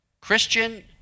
Christian